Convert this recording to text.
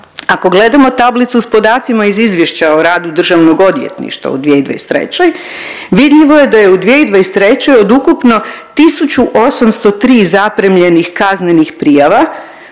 ako gledamo tablicu s podacima iz izvještaja o radu državnog odvjetništva u 2023., vidljivo je da je u 2023. od ukupno 1803 zapremljenih kaznenih prijava